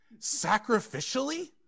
Sacrificially